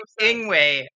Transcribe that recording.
Ingwe